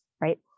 right